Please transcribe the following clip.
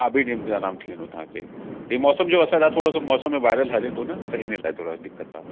हा ॿिनि ॾींहनि में आराम थी वेंदुव तव्हांखे ही मौसम जो असर आहे थोरो सो मौसम में वाएरल हले थो न त हिन लाइ थोरो दिक़तु आहे